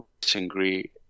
disagree